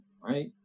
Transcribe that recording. right